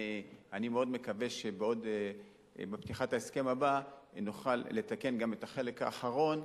אני מאוד מקווה שבפתיחת ההסכם הבא נוכל לתקן גם את החלק האחרון,